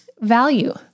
value